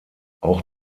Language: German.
auch